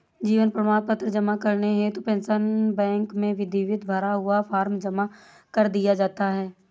जीवन प्रमाण पत्र जमा करने हेतु पेंशन बैंक में विधिवत भरा हुआ फॉर्म जमा कर दिया जाता है